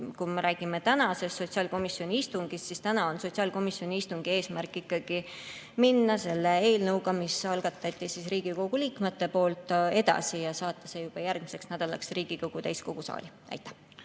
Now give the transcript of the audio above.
Kui me räägime tänasest sotsiaalkomisjoni istungist, siis täna on sotsiaalkomisjoni istungi eesmärk ikkagi minna edasi selle eelnõuga, mille algatasid Riigikogu liikmed, ja saata see juba järgmiseks nädalaks Riigikogu täiskogu saali. Aitäh!